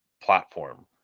platform